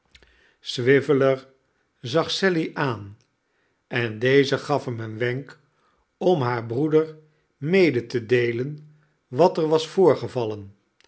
swiveller zag sally aan en deze gaf hem een wenk om haar breeder mede te deelen wat er was voorgevallen